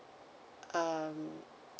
um